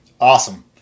Awesome